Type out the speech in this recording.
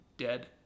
dead